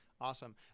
Awesome